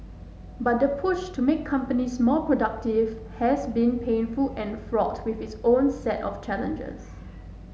but the push to make companies more productive has been painful and fraught with its own set of challenges